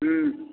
हूँ